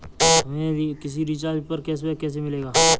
हमें किसी रिचार्ज पर कैशबैक कैसे मिलेगा?